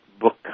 book